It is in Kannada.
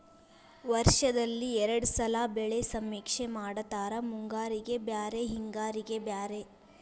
ವರ್ಷದಲ್ಲಿ ಎರ್ಡ್ ಸಲಾ ಬೆಳೆ ಸಮೇಕ್ಷೆ ಮಾಡತಾರ ಮುಂಗಾರಿಗೆ ಬ್ಯಾರೆ ಹಿಂಗಾರಿಗೆ ಬ್ಯಾರೆ